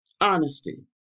Honesty